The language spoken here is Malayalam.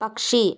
പക്ഷി